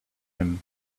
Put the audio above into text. him